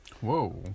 Whoa